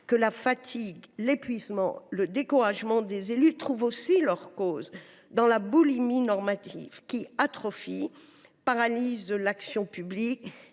que la fatigue, l’épuisement, le découragement des élus trouvent aussi leurs causes dans la boulimie normative qui atrophie et paralyse l’action publique,